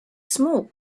small